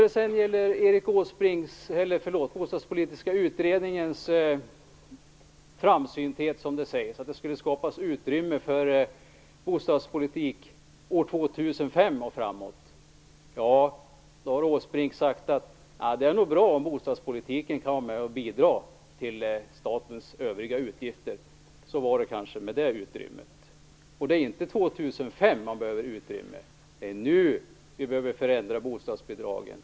Det sades ju att den bostadspolitiska utredningen skulle vara så framsynt. Det skulle skapas utrymme för bostadspolitik år 2005 och framåt. Men då säger Erik Åsbrink: Ja, det är nog bra om bostadspolitiken kan vara med och bidra till statens övriga utgifter. Så var det med det utrymmet. Det är inte år 2005 man behöver utrymme - det är nu vi behöver förändra bostadsbidragen.